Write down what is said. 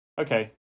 Okay